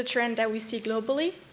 trend that we see globally.